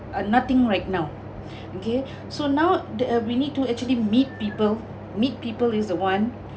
and nothing right now okay so now the we need to actually meet people meet people is the one